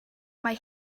mae